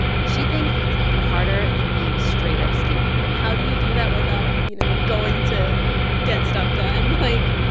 and she thinks it's even harder than being straight-up skinny how do you do that without, you know, going to get stuff done? like,